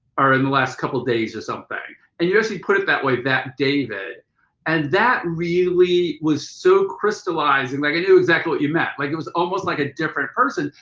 or in the last couple days or something. and you actually put it that way that david and that really was so crystallized. and like i knew exactly what you meant. like it was almost like a different person.